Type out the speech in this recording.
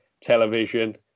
television